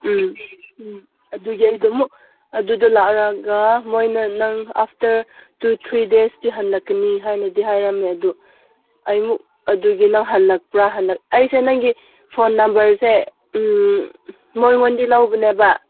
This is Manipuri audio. ꯎꯝ ꯎꯝ ꯑꯗꯨꯒꯤ ꯑꯩꯗꯨꯃꯨꯛ ꯑꯗꯨꯗ ꯂꯥꯛꯂꯒ ꯃꯣꯏꯅ ꯅꯪ ꯑꯥꯐꯇꯔ ꯇꯨ ꯊ꯭ꯔꯤ ꯗꯦꯁꯇꯗꯤ ꯍꯜꯂꯛꯀꯅꯤ ꯍꯥꯏꯅꯗꯤ ꯍꯥꯏꯔꯝꯃꯦ ꯑꯗꯨ ꯑꯩꯃꯨꯛ ꯑꯗꯨꯒꯤ ꯅꯪ ꯍꯜꯂꯛꯄ꯭ꯔ ꯑꯩꯁꯦ ꯅꯪꯒꯤ ꯐꯣꯟ ꯅꯝꯕꯔꯁꯦ ꯃꯣꯏꯉꯣꯟꯗꯩ ꯂꯧꯕꯅꯦꯕ